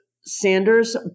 Sanders